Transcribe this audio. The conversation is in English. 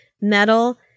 metal